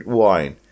wine